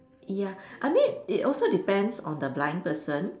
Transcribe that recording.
ya I mean it also depends on the blind person